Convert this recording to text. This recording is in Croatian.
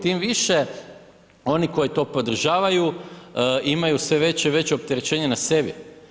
Tim više oni koji to podržavaju imaju sve veće i veće opterećenje na sebi.